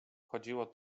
chodziło